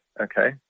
Okay